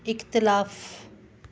इख़्तिलाफ़